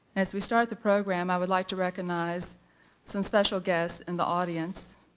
as we start the program i would like to recognize some special guests in the audience.